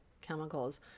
chemicals